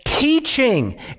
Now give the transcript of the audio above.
Teaching